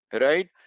right